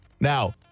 Now